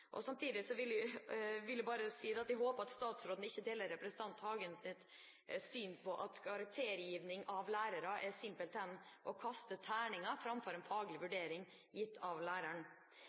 forslaget. Samtidig vil jeg bare si at jeg håper statsråden ikke deler representanten Hagens syn på at karaktergivning fra læreren simpelthen er å kaste terninger framfor å få en faglig vurdering gitt av læreren.